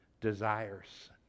desires